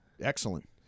Excellent